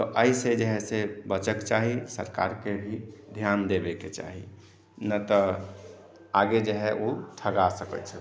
तऽ एहि से जे है से बचऽ के चाही सरकार के भी ध्यान देबे के चाही ना तऽ आगे जे है ओ ठगा सकै छथिन